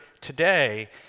today